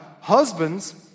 husbands